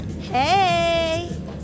Hey